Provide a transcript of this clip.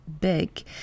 big